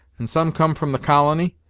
and some come from the colony,